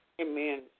Amen